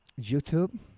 YouTube